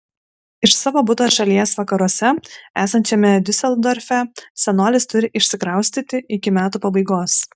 iš savo buto šalies vakaruose esančiame diuseldorfe senolis turi išsikraustyti iki metų pabaigos